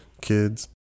kids